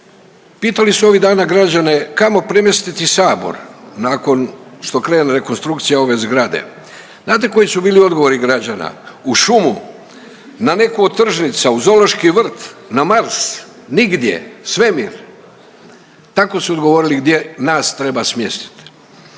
pitali su ovih dana građane kamo premjestiti sabor nakon što krene rekonstrukcija ove zgrade. Znate koji su bili odgovori građana. U šumu, ne neku od tržnica, u zoološki vrt, na Mars, nigdje, svemir. Tako su odgovorili gdje nas treba smjestit.